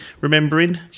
remembering